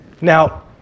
Now